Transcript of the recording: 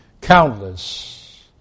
Countless